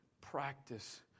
practice